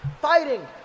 Fighting